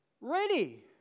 Ready